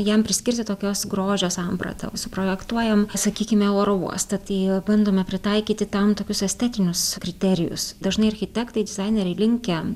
jam priskirti tokios grožio sampratą suprojektuojam sakykime oro uostą tai bandome pritaikyti tam tokius estetinius kriterijus dažnai architektai dizaineriai linkę